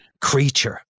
creature